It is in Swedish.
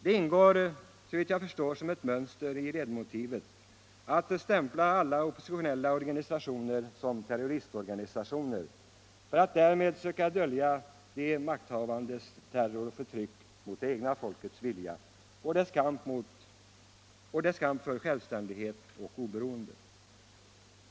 Det ingår som ett mönster i ledmotivet att stämpla alla oppositionella organisationer som terrororganisationer för att därmed söka dölja de makthavandes terror och förtryck mot det egna folket i dess kamp för självständighet och oberoende.